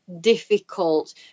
difficult